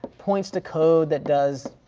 points to code that does